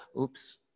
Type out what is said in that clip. oops